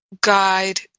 guide